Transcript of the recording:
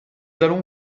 allons